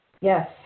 Yes